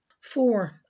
Four